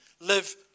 live